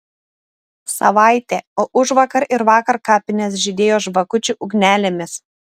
savaitė o užvakar ir vakar kapinės žydėjo žvakučių ugnelėmis